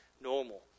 normal